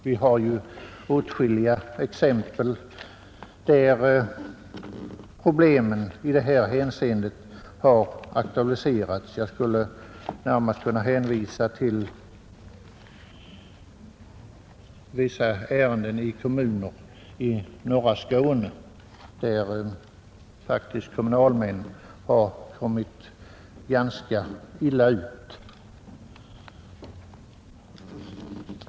Vi har åtskilliga exempel där problemen i detta hänseende har aktualiserats. Jag skulle närmast kunna hänvisa till vissa ärenden i kommuner i norra Skåne, där kommunalmän faktiskt har råkat ganska illa ut.